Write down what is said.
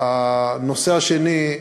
הנושא השני,